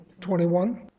21